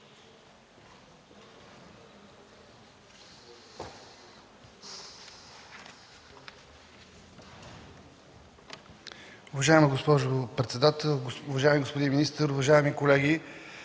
Уважаема госпожо председател, уважаеми господин министър, уважаеми колеги!